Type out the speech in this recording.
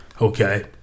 okay